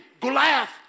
Goliath